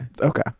Okay